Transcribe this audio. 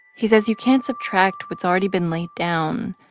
he says you can't subtract what's already been laid down,